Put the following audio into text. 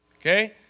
Okay